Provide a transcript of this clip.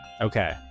Okay